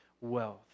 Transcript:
wealth